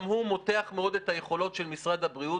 גם הוא מותח מאוד את היכולות של משרד הבריאות,